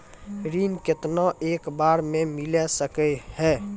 ऋण केतना एक बार मैं मिल सके हेय?